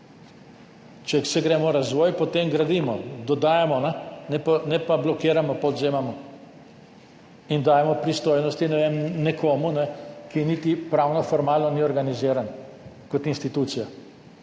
Če se gremo razvoj, potem gradimo, dodajamo, ne pablokiramo, pa odvzemamo in dajemo pristojnosti, ne vem, nekomu, ki niti pravno formalno ni organiziran kot institucija.